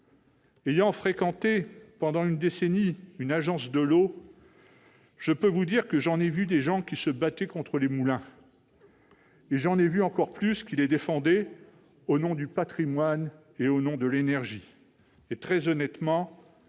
avoir fréquenté pendant une décennie une agence de l'eau, je peux vous le dire, j'en ai vu des gens qui « se battaient contre les moulins », mais j'en ai vu encore plus qui les défendaient au nom du patrimoine et au nom de l'énergie ! Très honnêtement,